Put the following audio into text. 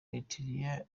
eritrea